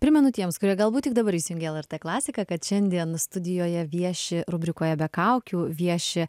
primenu tiems kurie galbūt tik dabar įsijungė lrt klasiką kad šiandien studijoje vieši rubrikoje be kaukių vieši